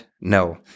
No